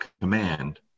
command